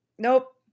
Nope